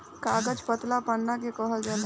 कागज पतला पन्ना के कहल जाला